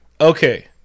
Okay